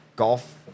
golf